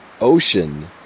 ocean